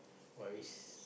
what risk